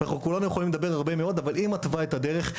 אנחנו כולנו יכולים לדבר הרבה מאוד אבל היא מתווה את הדרך,